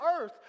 earth